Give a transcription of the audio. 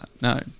no